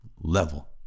level